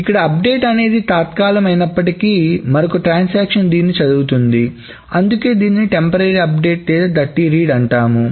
ఇక్కడ అప్డేట్ అనేది తాత్కాలికమైనప్పటికీ మరొక ట్రాన్సాక్షన్ దీనిని చదువుతుంది అందుకే దీనిని తాత్కాలిక నవీకరణ లేదా డర్టీ రీడ్ అంటాము